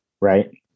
right